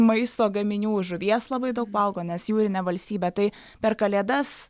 maisto gaminių žuvies labai daug valgo nes jūrinė valstybė tai per kalėdas